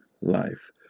life